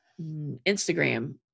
Instagram